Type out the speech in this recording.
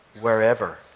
wherever